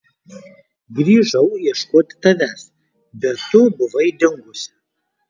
grįžau ieškoti tavęs bet tu buvai dingusi